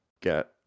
get